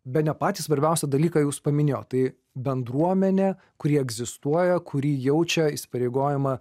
bene patį svarbiausią dalyką jūs paminėjot tai bendruomenė kurie egzistuoja kuri jaučia įsipareigojimą